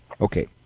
Okay